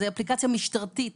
זו אפליקציה משטרתית